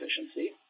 efficiency